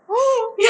!whoa!